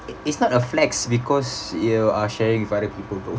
it it's not a flex because you are sharing with other people